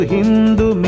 Hindu